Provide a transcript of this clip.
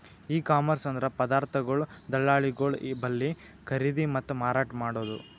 E commerce ಅಂದ್ರ ಪದಾರ್ಥಗೊಳ್ ದಳ್ಳಾಳಿಗೊಳ್ ಬಲ್ಲಿ ಖರೀದಿ ಮತ್ತ್ ಮಾರಾಟ್ ಮಾಡದು